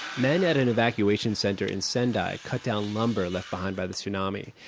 men at an evacuation center in sendai cut down lumber left behind by the tsunami.